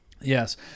Yes